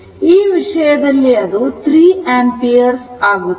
ಈ ವಿಷಯದಲ್ಲಿ ಅದು 3 ಆಂಪಿಯರ್ ಆಗುತ್ತದೆ